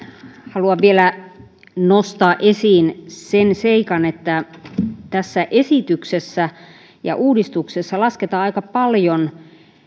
haluan vielä nostaa esiin sen seikan että tässä esityksessä ja uudistuksessa lasketaan aika paljon